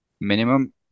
minimum